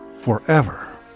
forever